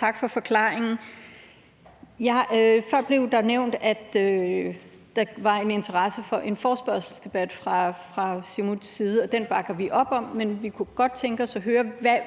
tak for forklaringen. Før blev der nævnt, at der var en interesse for en forespørgselsdebat fra Siumuts side. Den bakker vi op om, men vi kunne godt tænke os at høre, om der